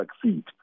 succeed